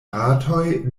ratoj